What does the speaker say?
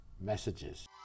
messages